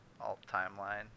Alt-timeline